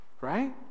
right